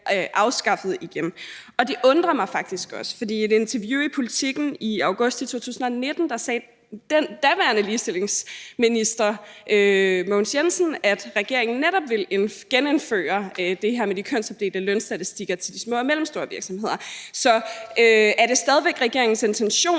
afskaffede igen. Og det undrer mig faktisk også, for i et interview i Politiken i august 2019 sagde den daværende ligestillingsminister, Mogens Jensen, at regeringen netop ville genindføre det her med de kønsopdelte lønstatistikker til de små og mellemstore virksomheder. Så er det stadig væk regeringens intention,